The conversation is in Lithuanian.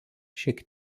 šiek